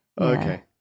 Okay